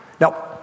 Now